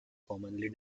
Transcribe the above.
commonly